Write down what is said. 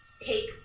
take